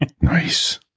Nice